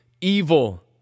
evil